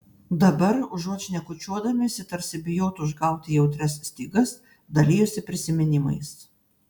dabar užuot šnekučiuodamiesi tarsi bijotų užgauti jautrias stygas dalijosi prisiminimais